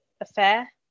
affair